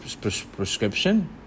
prescription